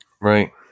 Right